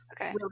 Okay